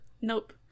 Nope